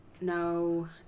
No